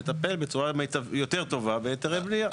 לטפל בצורה יותר טובה ביתרי בנייה.